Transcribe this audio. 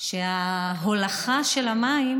שההולכה של המים,